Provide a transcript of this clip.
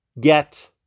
get